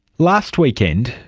last weekend,